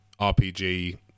RPG